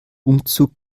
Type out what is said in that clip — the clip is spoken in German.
umzug